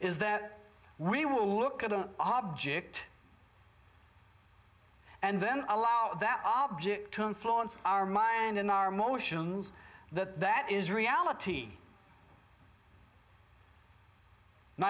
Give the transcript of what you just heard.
is that we will look at an object and then allow that object to influence our mind in our motions that that is reality and